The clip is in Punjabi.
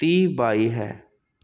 ਤੀਹ ਬਾਈ ਹੈ